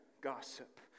gossip